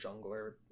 jungler